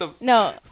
No